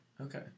Okay